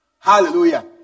Hallelujah